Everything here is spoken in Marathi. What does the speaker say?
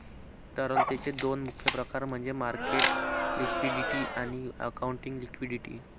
तरलतेचे दोन मुख्य प्रकार म्हणजे मार्केट लिक्विडिटी आणि अकाउंटिंग लिक्विडिटी